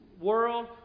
world